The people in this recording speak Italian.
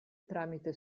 tramite